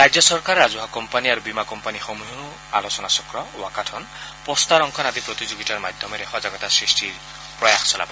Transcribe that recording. ৰাজ্য চৰকাৰ ৰাজহুৱা কোম্পানী আৰু বীমা কোম্পানীসমূহেও আলোচনাচক্ৰ ৱাকাথন পোষ্টাৰ অংকন আদি প্ৰতিযোগিতাৰ মাধ্যমেৰে সজাগতা সৃষ্টিৰ প্ৰয়াস চলাব